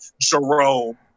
Jerome